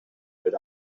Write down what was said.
but